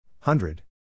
Hundred